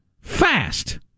Fast